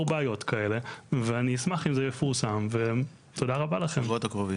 בעיות כאלה ואני אשמח אם זה יפורסם ותודה רבה לכם.